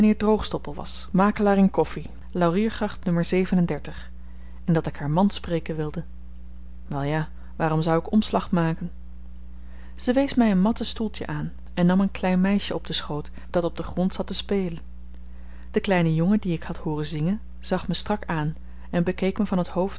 droogstoppel was makelaar in koffi lauriergracht n en dat ik haar man spreken wilde wel ja waarom zou ik omslag maken ze wees my een matten stoeltjen aan en nam een klein meisje op den schoot dat op den grond zat te spelen de kleine jongen dien ik had hooren zingen zag me strak aan en bekeek me van t hoofd